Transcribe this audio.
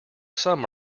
some